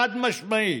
חד-משמעית.